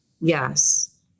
Yes